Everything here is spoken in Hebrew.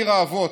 עיר האבות?